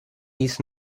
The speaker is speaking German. dies